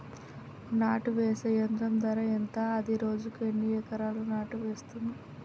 నాటు వేసే యంత్రం ధర ఎంత? అది రోజుకు ఎన్ని ఎకరాలు నాటు వేస్తుంది?